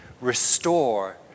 Restore